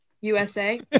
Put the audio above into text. USA